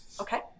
Okay